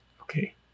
Okay